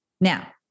Now